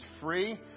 free